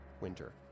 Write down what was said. winter